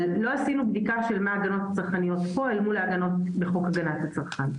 אבל לא עשינו בדיקה של מה ההגנות הצרכניות פה אל מול חוק הגנת הצרכן.